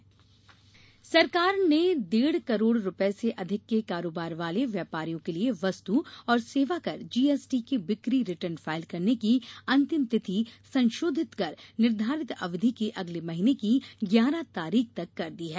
GST return सरकार ने डेढ़ करोड़ रुपये से अधिक के कारोबार वाले व्यापारियों के लिए वस्तु और सेवाकर जीएसटी के बिक्री रिटर्न फाइल करने की अंतिम तिथि संशोधित कर निर्धारित अवधि के अगले महीने की ग्यारह तारीख तक कर दी है